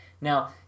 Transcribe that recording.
Now